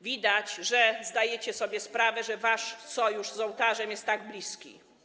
Widać, że zdajecie sobie sprawę, że wasz sojusz z ołtarzem jest tak bliski.